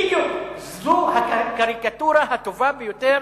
בדיוק, זו הקריקטורה הטובה ביותר